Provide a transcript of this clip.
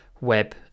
web